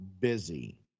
busy